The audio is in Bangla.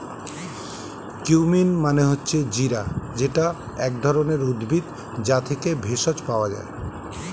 কিউমিন মানে হচ্ছে জিরা যেটা এক ধরণের উদ্ভিদ, যা থেকে ভেষজ পাওয়া যায়